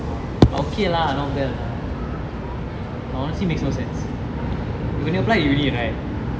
but okay lah not bad lah but honestly makes no sense when you apply uni right